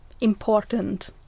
important